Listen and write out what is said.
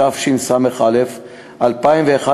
התשס"א 2001,